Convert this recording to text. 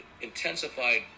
intensified